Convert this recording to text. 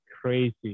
crazy